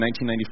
1994